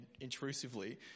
intrusively